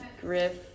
Griff